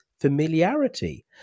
familiarity